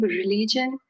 religion